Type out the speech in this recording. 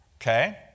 Okay